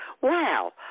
wow